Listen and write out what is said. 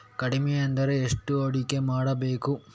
ಕಡಿಮೆ ಎಂದರೆ ಎಷ್ಟು ಹೂಡಿಕೆ ಮಾಡಬೇಕು?